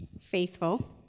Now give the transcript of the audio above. faithful